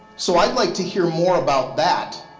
so i would like to hear more about that.